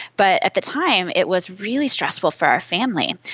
but at the time it was really stressful for our family.